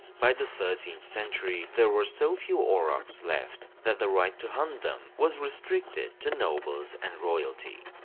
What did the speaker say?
by the thirteenth century, there were so few aurochs left, that the right to hunt them was restricted to nobles and royalty.